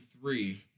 three